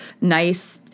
nice